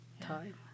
time